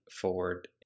forward